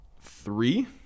three